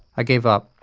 i gave up.